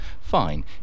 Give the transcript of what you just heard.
Fine